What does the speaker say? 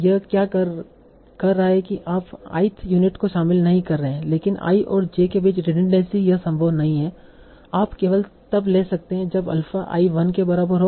यह क्या कह रहा है कि आप ith यूनिट को शामिल नहीं कर रहे हैं लेकिन i और j के बीच रिडंडेंसी यह संभव नहीं है आप केवल तब ले सकते जब अल्फा i 1 के बराबर हो